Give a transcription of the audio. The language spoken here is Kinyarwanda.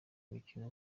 mikino